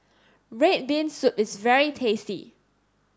red bean soup is very tasty